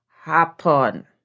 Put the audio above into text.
happen